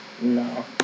No